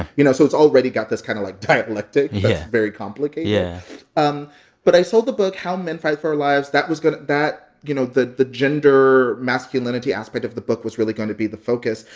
you know, so it's already got this kind of, like, dialectic. yeah. that's very complicated yeah um but i sold the book how men fight for their ah lives. that was going to that you know, the the gender, masculinity aspect of the book was really going to be the focus,